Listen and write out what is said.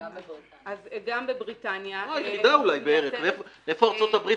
אז גם בבריטניה --- איפה ארצות הברית